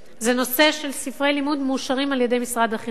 זה הנושא של ספרי לימוד מאושרים על-ידי משרד החינוך.